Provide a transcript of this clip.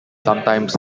sometimes